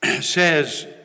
says